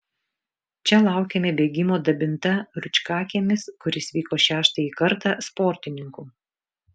čia laukėme bėgimo dabinta rūčkakiemis kuris vyko šeštąjį kartą sportininkų